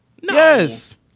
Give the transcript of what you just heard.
Yes